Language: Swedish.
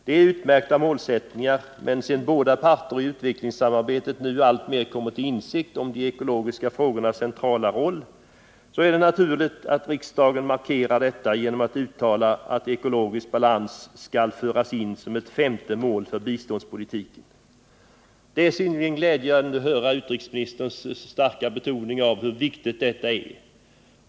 Detta är utmärkta målsättningar, men sedan båda parter i utvecklingssamarbetet nu alltmer kommit till insikt om de ekologiska frågornas centrala roll är det naturligt att riksdagen markerar detta genom att uttala att ekologisk balans skall föras in som ett femte mål för biståndspolitiken. Det är glädjande att höra utrikesministerns starka betoning av hur viktigt detta är.